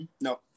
no